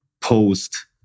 post